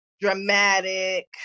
dramatic